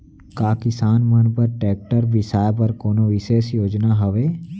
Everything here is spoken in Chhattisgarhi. का किसान मन बर ट्रैक्टर बिसाय बर कोनो बिशेष योजना हवे?